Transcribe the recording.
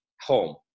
home